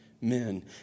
men